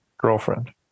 Girlfriend